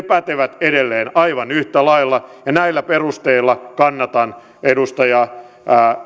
pätevät edelleen aivan yhtä lailla ja näillä perusteilla kannatan edustaja